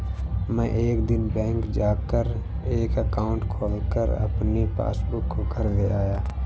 मै एक दिन बैंक जा कर एक एकाउंट खोलकर अपनी पासबुक को घर ले आया